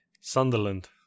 Sunderland